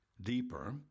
deeper